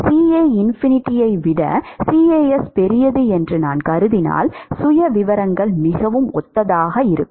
CA இன்ஃபினிட்டியை விட CAS பெரியது என்று நான் கருதினால் சுயவிவரங்கள் மிகவும் ஒத்ததாக இருக்கும்